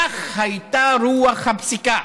כך הייתה רוח הפסיקה.